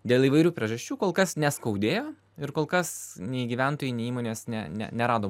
dėl įvairių priežasčių kol kas neskaudėjo ir kol kas nei gyventojai nei įmonės ne ne nerado